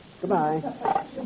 Goodbye